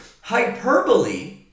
Hyperbole